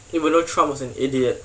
you will know trump was an idiot